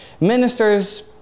Ministers